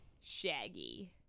shaggy